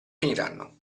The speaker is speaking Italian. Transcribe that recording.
finiranno